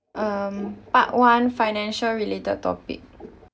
um part one financial related topic